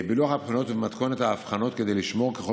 הבחינות ובמתכונת ההיבחנות כדי לשמור ככל